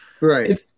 Right